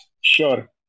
Sure